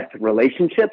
relationships